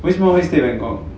为什么会 stay bangkok